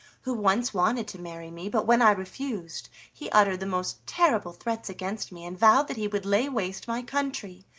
who once wanted to marry me, but when i refused he uttered the most terrible threats against me, and vowed that he would lay waste my country.